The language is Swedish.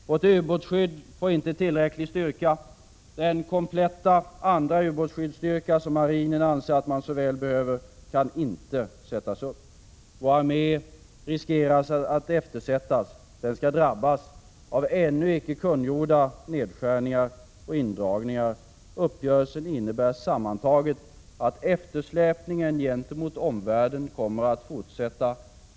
Vårt ubåtsskydd får inte tillräcklig styrka. Den kompletta andra ubåtsskyddsstyrka som marinen anser att man så väl behöver kan inte sättas upp. Vår armé riskerar att eftersättas. Den skall drabbas av ännu icke kungjorda nedskärningar och indragningar. Uppgörelsen innebär sammantaget att eftersläpningen gentemot omvärlden kommer att fortsätta.